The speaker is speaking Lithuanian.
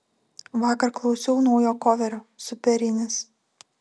vakar klausiau naujo koverio superinis